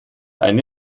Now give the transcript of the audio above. eine